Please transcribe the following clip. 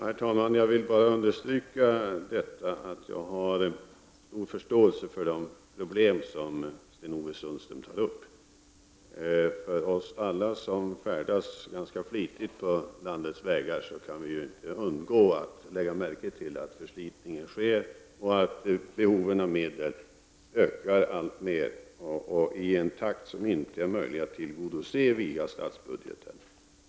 Herr talman! Jag vill bara understryka att jag har stor förståelse för de problem som Sten-Ove Sundström har tagit upp. Alla som färdas ganska flitigt på landets vägar kan inte undgå att lägga märke till att det sker förslitning och att behoven av medel ökar alltmer och i en takt som inte är möjlig att tillgodose via statsbudgeten.